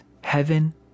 heaven